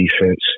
defense